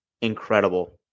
Incredible